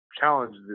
challenge